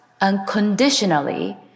unconditionally